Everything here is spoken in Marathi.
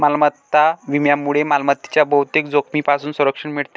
मालमत्ता विम्यामुळे मालमत्तेच्या बहुतेक जोखमींपासून संरक्षण मिळते